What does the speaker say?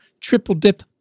triple-dip